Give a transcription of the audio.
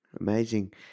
Amazing